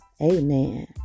Amen